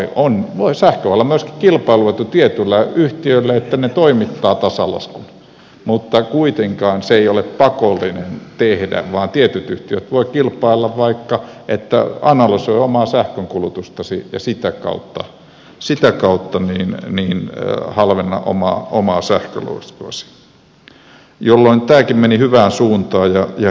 sähkö voi olla myöskin kilpailuetu tietylle yhtiölle että se toimittaa tasalaskun mutta kuitenkaan se ei ole pakollinen tehdä vaan tietyt yhtiöt voivat kilpailla vaikka niin että analysoi omaa sähkönkulutustasi ja sitä kautta halvenna omaa sähkölaskuasi jolloin tämäkin meni hyvään suuntaan ja hienolla yhteistyöllä